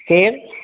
केरु